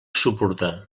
suportar